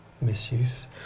misuse